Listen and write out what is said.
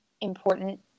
important